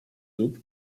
club